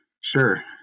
Sure